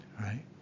right